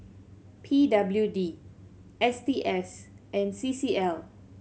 P W D S T S and C C L